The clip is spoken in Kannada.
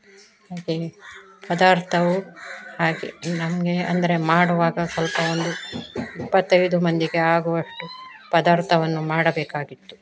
ಹಾಗೆಯೇ ಪದಾರ್ಥವು ಹಾಗೆ ನಮಗೆ ಅಂದರೆ ಮಾಡುವಾಗ ಸ್ವಲ್ಪ ಒಂದು ಇಪ್ಪತ್ತೈದು ಮಂದಿಗೆ ಆಗುವಷ್ಟು ಪದಾರ್ಥವನ್ನು ಮಾಡಬೇಕಾಗಿತ್ತು